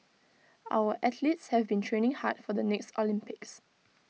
our athletes have been training hard for the next Olympics